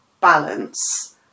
balance